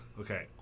Okay